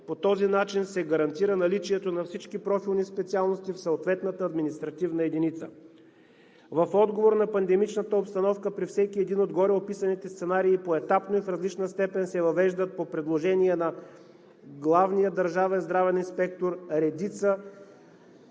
По този начин се гарантира наличието на всички профилни специалности в съответната административна единица. В отговор на пандемичната обстановка при всеки един от гореописаните сценарии поетапно и в различна степен се въвеждат по предложение на Главния държавен здравен инспектор редица